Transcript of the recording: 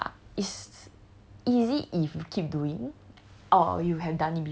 this lah it's easy if you keep doing